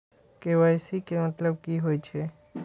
KYC के मतलब कि होई छै?